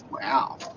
Wow